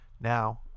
Now